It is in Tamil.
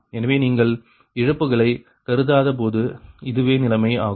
எனவே நீங்கள் இழப்புகளை கருதாதபோது இதுவே நிலைமை ஆகும்